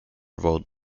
vote